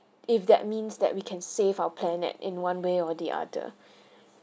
if that means that we can save our planet in one way or the other